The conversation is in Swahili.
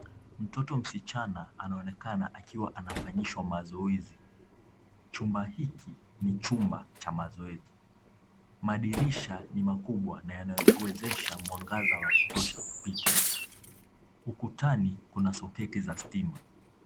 Mtoto msichana anaonekana akiwa anafanyishwa mazoezi. Chumba hiki ni chumba cha mazoezi. Madirisha ni makubwa na yanawezesha mwangaza wa kutosha kupita. Ukutani kuna soketi za stima.